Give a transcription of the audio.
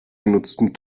genutzten